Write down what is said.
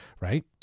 right